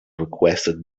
requested